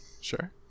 sure